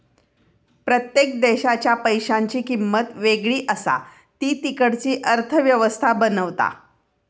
प्रत्येक देशाच्या पैशांची किंमत वेगळी असा ती तिकडची अर्थ व्यवस्था बनवता